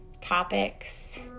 topics